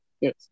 yes